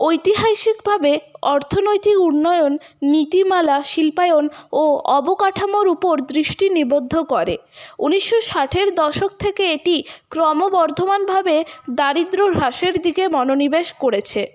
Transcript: ঐতিহাসিকভাবে অর্থনৈতিক উন্নয়ন নীতিমালা শিল্পায়ন ও অবকাঠামোর ওপর দৃষ্টি নিবদ্ধ করে উনিশশো ষাটের দশক থেকে এটি ক্রমবর্ধমানভাবে দারিদ্র্য হ্রাসের দিকে মনোনিবেশ করেছে